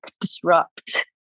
disrupt